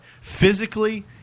Physically